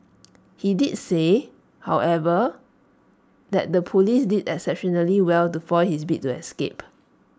he did say however that the Police did exceptionally well to foil his bid to escape